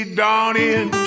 dawning